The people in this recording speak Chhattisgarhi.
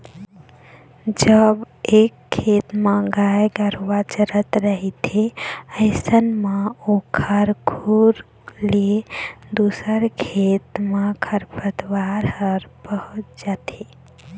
जब एक खेत म गाय गरुवा चरत रहिथे अइसन म ओखर खुर ले दूसर खेत म खरपतवार ह पहुँच जाथे